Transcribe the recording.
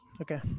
Okay